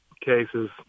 cases